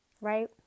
right